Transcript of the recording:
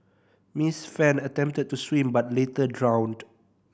Miss Fan attempted to swim but later drowned